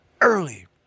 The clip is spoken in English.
early